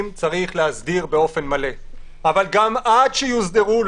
צריך להסדיר באופן מלא אבל עד שיוסדרו,